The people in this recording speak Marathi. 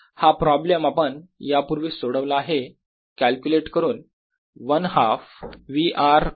हा प्रॉब्लेम आपण यापूर्वी सोडवला आहे कॅल्क्युलेट करून 1 हाफ v r ρ r